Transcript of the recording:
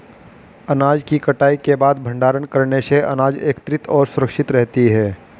अनाज की कटाई के बाद भंडारण करने से अनाज एकत्रितऔर सुरक्षित रहती है